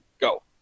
Go